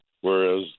whereas